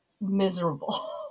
miserable